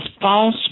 false